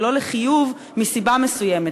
ולא לחיוב מסיבה מסוימת,